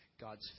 God's